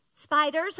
Spiders